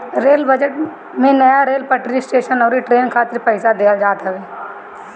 rail budget में नया rail पटरी, स्टेशन अउरी ट्रेन खातिर पईसा देहल जात हवे